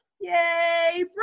yay